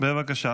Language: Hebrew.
בבקשה.